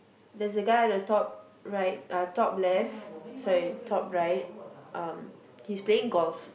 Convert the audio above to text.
there's a guy at the top right uh top left sorry top right um he's playing golf